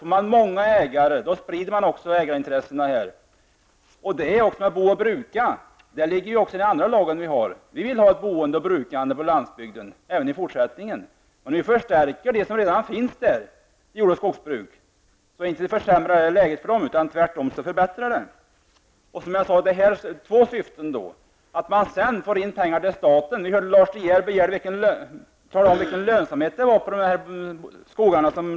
Får man många ägare, sprider man också ägarintressena. Vi vill ha ett boende och brukande på landsbygden även i fortsättningen. Om ni förstärker de jord och skogsbruk som redan finns, försämrar det inte läget för dem, utan tvärtom förbättras det. Detta har två syften. Lars De Geer talade om vilken lönsamhet domänverkets skogar har.